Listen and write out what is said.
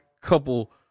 couple